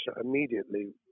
immediately